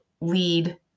lead